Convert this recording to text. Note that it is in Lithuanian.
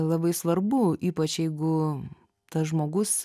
labai svarbu ypač jeigu tas žmogus